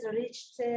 reached